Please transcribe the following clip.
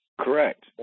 Correct